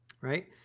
right